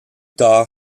tard